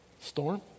Storm